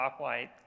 stoplight